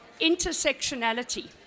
intersectionality